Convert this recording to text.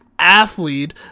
athlete